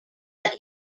but